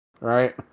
Right